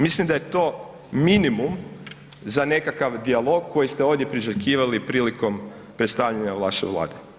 Mislim da je to minimum za nekakav dijalog koji ste ovdje priželjkivali prilikom predstavljanja vaše vlade.